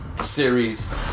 series